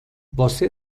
você